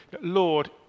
Lord